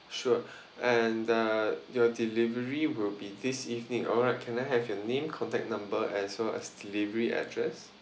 sure and uh your delivery will be this evening alright can I have your name contact number as well as delivery address